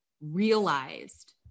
realized